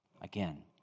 Again